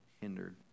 hindered